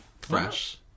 fresh